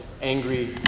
angry